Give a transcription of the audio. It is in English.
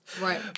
right